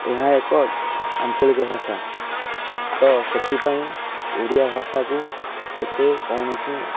ଏହା ଏକ ଆଞ୍ଚଳିକ ଭାଷା ତ ସେଥିପାଇଁ ଓଡ଼ିଆ ଭାଷାକୁ ଏତେ କୌଣସି